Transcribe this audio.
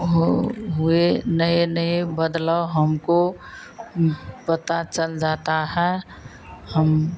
हो हुए नए नए बदलाव हमको पता चल जाता है हम